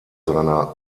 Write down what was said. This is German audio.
seiner